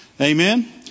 Amen